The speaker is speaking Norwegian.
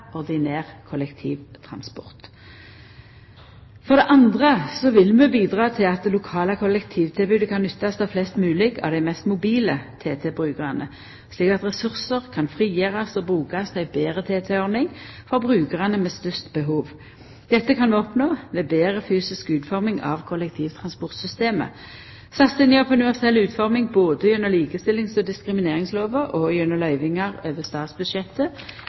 ordinær kollektivtransport. For det andre vil vi bidra til at det lokale kollektivtilbodet kan nyttast av flest mogleg av dei mest mobile TT-brukarane, slik at ressursar kan frigjerast og brukast til ei betre TT-ordning for brukarane med størst behov. Dette kan vi oppnå ved betre fysisk utforming av kollektivtransportsystemet. Satsinga på universell utforming både gjennom likestillings- og diskrimineringslova og gjennom løyvingar over statsbudsjettet